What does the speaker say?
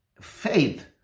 faith